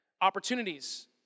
Opportunities